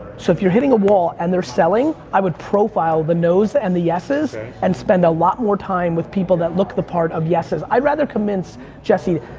so if you're hitting a wall and they're selling, i would profile the nos and the yeses and spend a lot more time with people that look the part of yeses. i'd rather convince jesse,